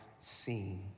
seen